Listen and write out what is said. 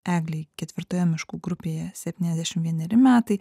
eglėj ketvirtoje miškų grupėje septyniasdešimt vieneri metai